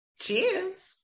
Cheers